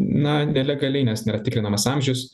na nelegaliai nes nėra tikrinamas amžius